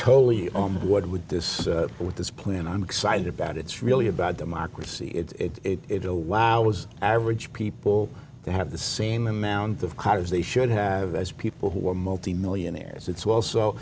totally on board with this with this plan i'm excited about it's really about democracy it's it oh wow was average people to have the same amount of cards they should have as people who are multimillionaires it's also